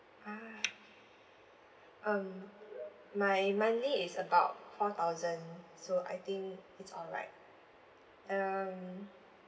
ah um my monthly is about four thousand so I think it's all right um